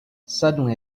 suddenly